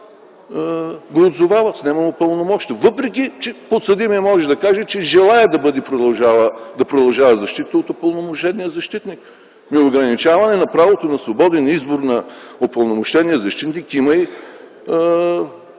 го отзовава, снема му пълномощията. Въпреки че подсъдимият може да каже, че желае да продължава защитата от упълномощения защитник. Ограничаване на правото на свободен избор на упълномощения защитник има и